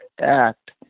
act